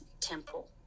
temple